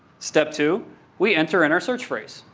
step two we enter in our search phrase.